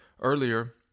earlier